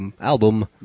album